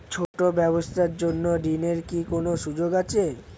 ছোট ব্যবসার জন্য ঋণ এর কি কোন সুযোগ আছে?